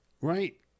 Right